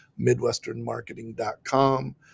midwesternmarketing.com